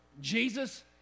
Jesus